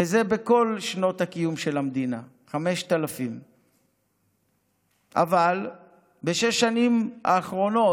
וזה בכל שנות הקיום של המדינה 5,000. אבל בשש השנים האחרונות